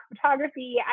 photography